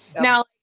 Now